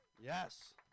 Yes